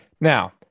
Now